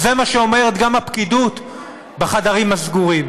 זה מה שאומרת גם הפקידוּת בחדרים הסגורים.